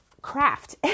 craft